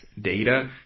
data